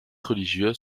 religieuses